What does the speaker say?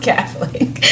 Catholic